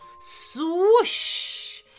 Swoosh